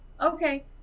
Okay